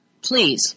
please